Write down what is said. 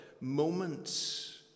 moments